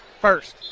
first